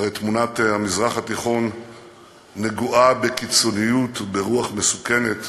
הרי תמונת המזרח התיכון נגועה בקיצוניות וברוח מסוכנת,